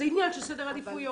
זה עניין של סדר עדיפויות.